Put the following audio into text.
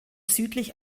südlich